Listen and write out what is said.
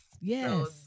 yes